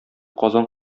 казан